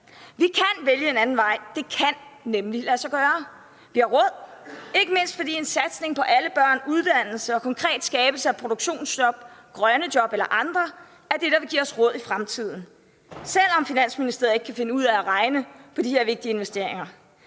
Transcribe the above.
Vi kan vælge en anden vej. Det kan nemlig lade sig gøre. Vi har råd, ikke mindst fordi en satsning på alle børn, uddannelse og konkret skabelse af produktionsjob, grønne job eller andre, er det, der vil give os råd i fremtiden, selv om Finansministeriet ikke kan finde ud af at regne på de her vigtige investeringer.